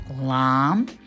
lam